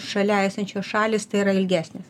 šalia esančios šalys tai yra ilgesnis